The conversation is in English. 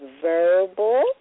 verbal